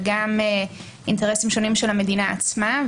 וגם אינטרסים שונים של המדינה עצמה.